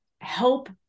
help